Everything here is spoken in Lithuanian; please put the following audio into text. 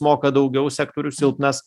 moka daugiau sektorius silpnas